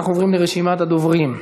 אנחנו עוברים לרשימת הדוברים: